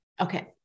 Okay